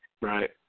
Right